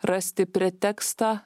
rasti pretekstą